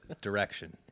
direction